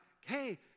hey